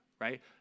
right